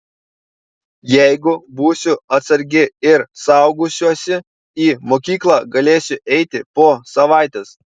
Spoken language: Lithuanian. jeigu būsiu atsargi ir saugosiuosi į mokyklą galėsiu eiti po savaitės